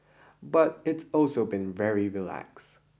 but it's also been very relaxed